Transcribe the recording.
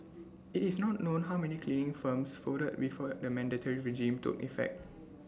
IT is not known how many cleaning firms folded before the mandatory regime took effect